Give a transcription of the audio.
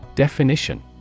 Definition